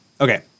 okay